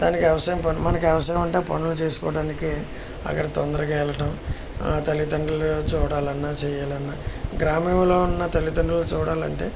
దానికి వ్యవసాయం పని మనకి వ్యవసారం ఉంటే పనులు చేసుకోవడానికి అక్కడ తొందరగా వెళ్ళడం తల్లిదండ్రులను చూడాలన్నా చేయాలన్నా గ్రామంలో ఉన్న తల్లిదండ్రులను చూడాలి అంటే